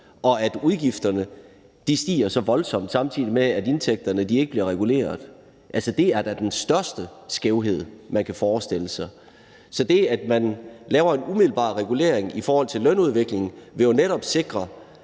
i, at udgifterne stiger så voldsomt, samtidig med at indtægterne ikke bliver reguleret. Det er da den største skævhed, man kan forestille sig. Så det, at man laver en umiddelbar regulering i forhold til lønudviklingen, vil jo netop sikre,